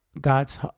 God's